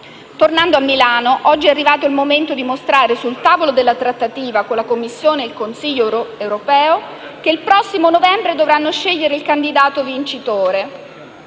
Tornando a Milano, oggi è arrivato il momento di mostrare sul tavolo della trattativa con la Commissione e il Consiglio europeo che il prossimo novembre dovranno scegliere il candidato vincitore